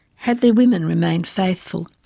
had their women remained faithful?